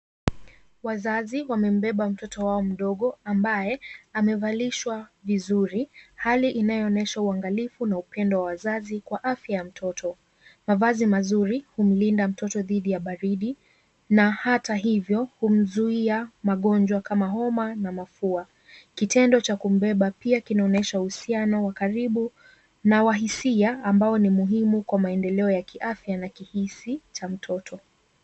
Wazazi wamembeba mtoto wao mdogo ambaye amevalishwa vizuri. Hali inayo onyesha uangalifu na upendo wa wazazi kwa afya ya mtoto. Mavazi mazuri humlinda mtoto dhidi ya baridi na hata hivyo humzuia magonjwa kama homa na mafua. Kutendo cha kumbeba pia kinaonyesha uhusiano wa karibu na wa hisia ambayo ni muhimu kwa maendeleo ya kiafya na kihisi cha mtoto.